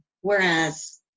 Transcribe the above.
whereas